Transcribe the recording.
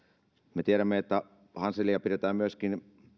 me tiedämme että hanselia pidetään myöskin